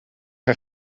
een